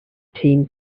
team